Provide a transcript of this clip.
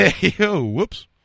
Whoops